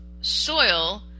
soil